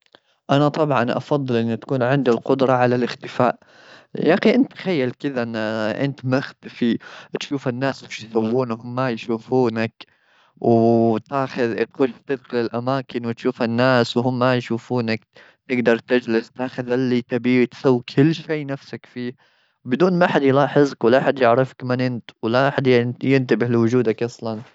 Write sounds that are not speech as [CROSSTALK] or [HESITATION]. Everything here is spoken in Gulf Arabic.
أنا طبعا أفضل أن تكون عندي القدرة على الاختفاء. [NOISE] يا أخي، أنت تخيل كذا [HESITATION] إنك مختفي، [NOISE] تشوف [NOISE] الناس وش يسوون [NOISE] وهما ما يشوفونك. وتاخذ بكل [NOISE] صدق للأماكن وتشوف الناس وهم ما يشوفونك. تجدر تجلس [NOISE] تاخذ اللي تابيه، تسوي كل شيء نفسك فيه بدون ما أحد يلاحظك، ولا أحد يعرفك من أنت، ولا أحد ينتبه لوجودك أصلا.